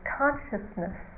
consciousness